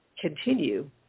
continue